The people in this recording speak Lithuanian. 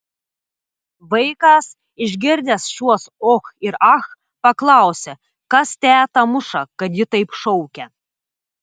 vaikas išgirdęs šiuos och ir ach paklausė kas tetą muša kad ji taip šaukia